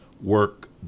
work